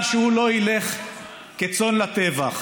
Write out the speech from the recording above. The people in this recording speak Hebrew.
תודה, אדוני.